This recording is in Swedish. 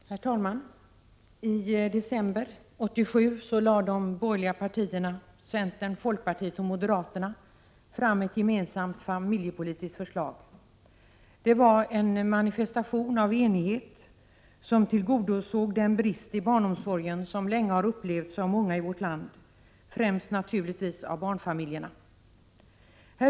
Herr talman! I december 1987 lade de borgerliga partierna — centern, folkpartiet och moderata samlingspartiet — fram ett gemensamt familjepolitiskt förslag. Det var en manifestation av enighet som tillgodosåg den brist i barnomsorgen som länge har upplevts av många i vårt land — naturligtvis främst av barnfamiljerna.